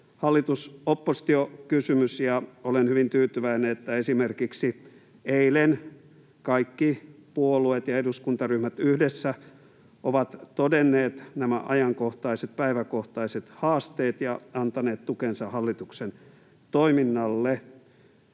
hallitus—oppositio-kysymys, ja olen hyvin tyytyväinen, että esimerkiksi eilen kaikki puolueet ja eduskuntaryhmät yhdessä ovat todenneet nämä ajankohtaiset, päiväkohtaiset haasteet ja antaneet tukensa hallituksen toiminnalle.